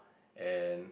and